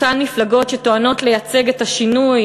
אותן מפלגות שטוענות שהן מייצגות את השינוי,